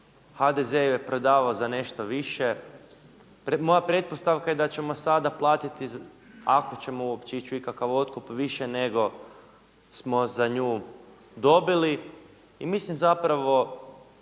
HDZ je prodavao za nešto više. Moja pretpostavka je da ćemo sada platiti ako ćemo uopće ići u ikakav otkup više nego smo za nju dobili. I mislim zapravo